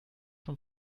von